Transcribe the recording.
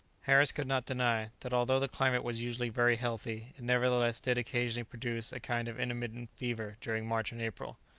harris could not deny that although the climate was usually very healthy, it nevertheless did occasionally produce a kind of intermittent fever during march and april.